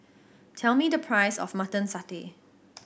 tell me the price of Mutton Satay